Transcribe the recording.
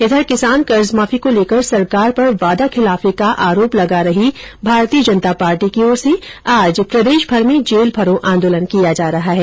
इधर किसान कर्ज माफी को लेकर सरकार पर वादा खिलाफी का आरोप लगा रही भारतीय जनता पार्टी की ओर से आज प्रदेशभर में जेल भरो आंदोलन किया जा रहा है